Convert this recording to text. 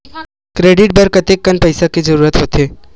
Credit बर कतेकन पईसा के जरूरत होथे?